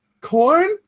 corn